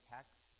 Text